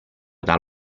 dal